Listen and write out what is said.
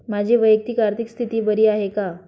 माझी वैयक्तिक आर्थिक स्थिती बरी आहे का?